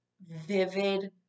vivid